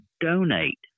donate